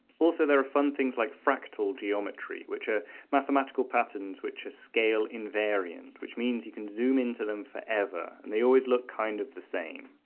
also there are fun things like fractal geometry which are mathematical patterns which are scale invariant, which means you can zoom into them forever and the always look kind of the same.